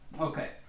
Okay